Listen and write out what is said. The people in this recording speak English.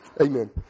Amen